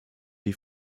die